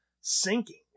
sinking